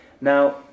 Now